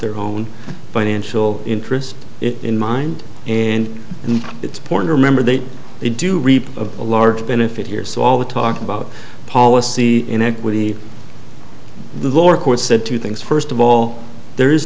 their own financial interest in mind and and it's important to remember that they do reap of a large benefit here so all the talk about policy in equity the lower court said two things first of all there is